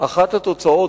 אחת התוצאות,